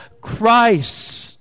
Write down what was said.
Christ